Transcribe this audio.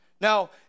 Now